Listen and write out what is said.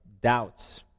doubts